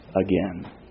again